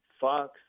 Fox